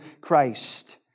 Christ